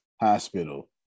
hospital